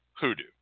hoodoo